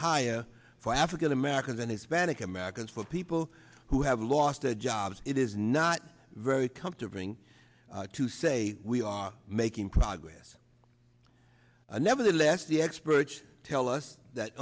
higher for african americans and hispanic americans for people who have lost their jobs it is not very comfortable thing to say we are making progress nevertheless the experts tell us that